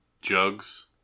jugs